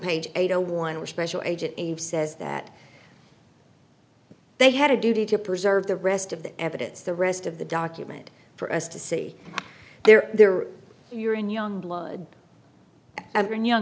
page eight a one with special agent says that they had a duty to preserve the rest of the evidence the rest of the document for us to see their their urine young blood and young